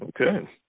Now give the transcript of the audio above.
Okay